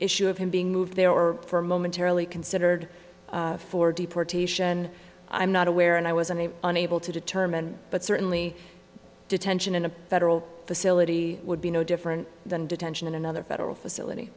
issue of him being moved there or for momentarily considered for deportation i'm not aware and i was unable unable to determine but certainly detention in a federal facility would be no different than detention in another federal facility